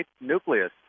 nucleus